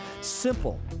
Simple